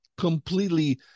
Completely